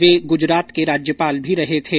वे गुजरात के राज्यपाल भी रहे थे